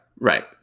right